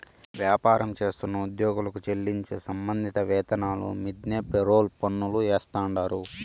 వ్యాపారం చేస్తున్న ఉద్యోగులకు చెల్లించే సంబంధిత వేతనాల మీన్దే ఫెర్రోల్ పన్నులు ఏస్తాండారు